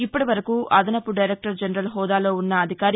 ఇప్పటి వరకూ అదనపు దైరెక్టర్ జనరల్ హెూదాలో ఉన్న అధికారి